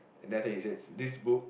then after that he says this book